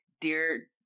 Dear